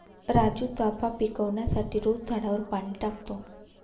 राजू चाफा पिकवण्यासाठी रोज झाडावर पाणी टाकतो